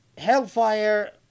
Hellfire